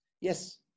Yes